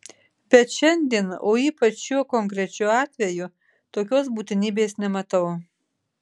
bet šiandien o ypač šiuo konkrečiu atveju tokios būtinybės nematau